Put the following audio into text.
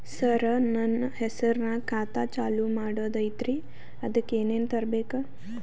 ಸರ, ನನ್ನ ಹೆಸರ್ನಾಗ ಖಾತಾ ಚಾಲು ಮಾಡದೈತ್ರೀ ಅದಕ ಏನನ ತರಬೇಕ?